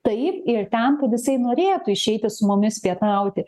taip ir ten kad jisai norėtų išeiti su mumis pietauti